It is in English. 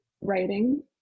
writing